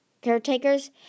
caretakers